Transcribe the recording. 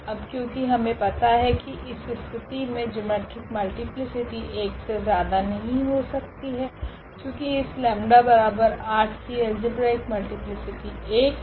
अब क्योकि हमे पता है की इस स्थिति मे जिओमेट्रिक मल्टीप्लीसिटी 1 से ज्यादा नहीं हो सकती है क्योकि इस 𝜆8 की अल्जेब्रिक मल्टीप्लीसिटी 1 है